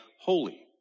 holy